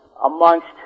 Amongst